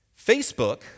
Facebook